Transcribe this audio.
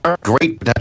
great